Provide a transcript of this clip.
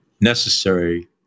Necessary